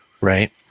Right